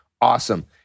Awesome